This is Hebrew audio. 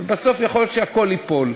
ובסוף יכול להיות שהכול ייפול.